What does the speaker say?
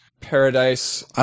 Paradise